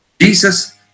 Jesus